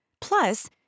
Plus